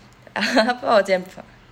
他动我肩膀